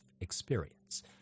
experience